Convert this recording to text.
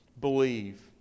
believe